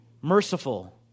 merciful